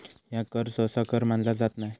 ह्या कर सहसा कर मानला जात नाय